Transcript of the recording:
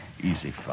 Easy